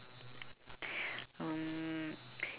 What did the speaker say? um